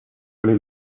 oli